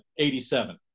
87